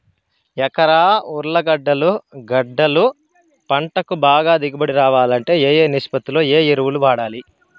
ఎకరా ఉర్లగడ్డలు గడ్డలు పంటకు బాగా దిగుబడి రావాలంటే ఏ ఏ నిష్పత్తిలో ఏ ఎరువులు వాడాలి?